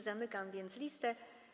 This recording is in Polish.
Zamykam więc listę.